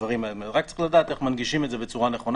רק צריך לדעת איך להנגיש את זה בצורה נכונה.